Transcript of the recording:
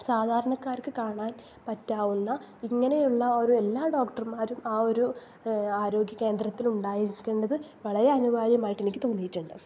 സാധാരണക്കാർക്ക് കാണാൻ പറ്റാവുന്ന ഇങ്ങനെയുള്ള ഒരു എല്ലാ ഡോക്ടർമാരും ആ ഒരു ആരോഗ്യ കേന്ദ്രത്തിൽ ഉണ്ടായിരിക്കേണ്ടത് വളരെ അനിവാര്യമായിട്ടെനിക്ക് തോന്നിയിട്ടുണ്ട്